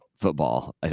football